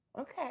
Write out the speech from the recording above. okay